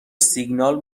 سیگنال